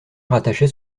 rattachait